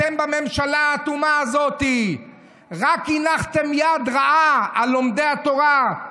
אתם בממשלה האטומה הזאת רק הנחתם יד רעה על לומדי התורה.